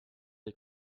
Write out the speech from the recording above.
les